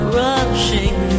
rushing